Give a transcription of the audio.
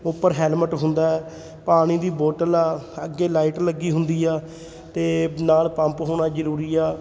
ਉੱਪਰ ਹੈਲਮਟ ਹੁੰਦਾ ਪਾਣੀ ਦੀ ਬੋਤਲ ਆ ਅੱਗੇ ਲਾਈਟ ਲੱਗੀ ਹੁੰਦੀ ਆ ਅਤੇ ਨਾਲ ਪੰਪ ਹੋਣਾ ਜ਼ਰੂਰੀ ਆ